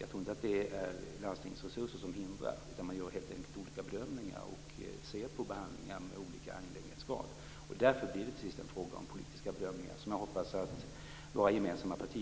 Jag tror inte att det är landstingens resurser som hindrar, utan man gör helt enkelt olika bedömningar och ser på behandlingar med olika angelägenhetsgrad. Därför blir det till sist en fråga om politiska bedömningar, och jag hoppas att